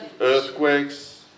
earthquakes